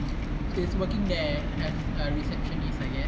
is working there as a receptionist I guess